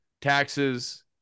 taxes